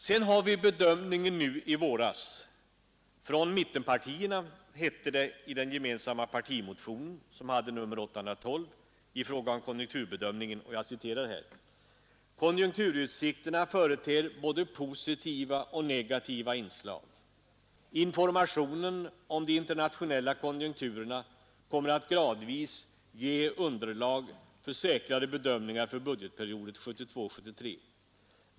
Sedan har vi bedömningen i våras. Från mittenpartierna hette det i den gemensamma partimotionen nr 812 i fråga om konjunkturbedömningen: ”Konjunkturutsikterna företer både positiva och negativa inslag Informationen om de internationella konjunkturerna kommer att gradvis ge underlag för säkrare bedömningar för budgetperioden 1972/73.